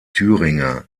thüringer